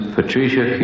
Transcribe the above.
Patricia